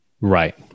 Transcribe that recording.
Right